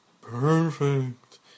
Perfect